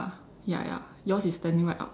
ya ya yours is standing right up ah